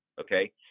okay